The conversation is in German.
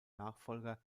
nachfolger